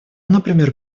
например